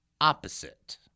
opposite